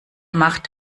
macht